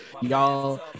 y'all